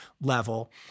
level